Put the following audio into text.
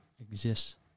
exists